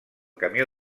camió